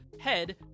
Head